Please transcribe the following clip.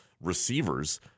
receivers